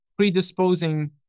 predisposing